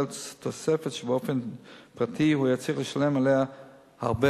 תוספת שבאופן פרטי הוא היה צריך לשלם עליה הרבה,